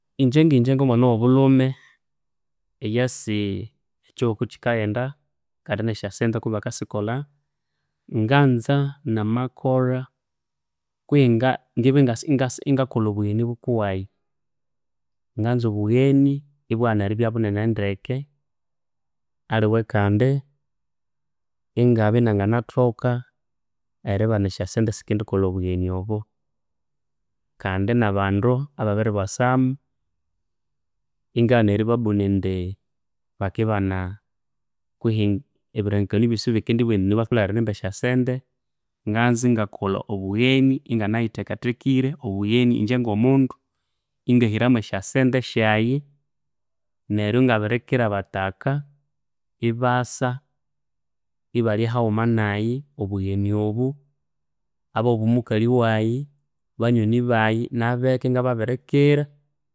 Inje nginje ngomwana owobulhume, eyasi ekyihugho kukyikaghenda kandi nesyasente kubakasikolha, nganza namakolha kwihi ngibya ingakolha obugheni bukuwayi, nganza obugheni ibwaghana eribya bunene ndeke, aliwe kandi ingabya inganinathoka eribana esyasente esikindikolha obugheni obo kandi nabandu ababiribwasamu ingaghana eribabuna indi bakibanaa, kwihi ebirengekanio byosi bikindibugha indi nibo batholere erimba esyasente. Nganza ingakolha obugheni inganayithekathekire, obugheni inje ngomundu ingahiramu esyasente syayi. Neryo ingabirikira abataka ibasa, ibalya haghuma nayi obugheni obu. Abewabumukali wayi, banyoni bayi nabeka ingababirikira